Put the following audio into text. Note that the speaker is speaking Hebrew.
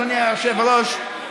אדוני היושב-ראש,